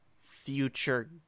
future